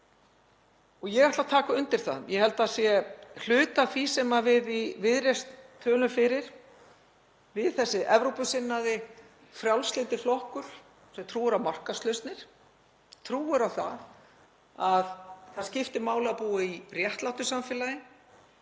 Ég ætla að taka undir það. Ég held að það sé hluti af því sem við í Viðreisn tölum fyrir, við, þessi Evrópusinnaði frjálslyndi flokkur sem trúir á markaðslausnir, trúir á að það skipti máli að búa í réttlátu samfélagi,